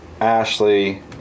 Ashley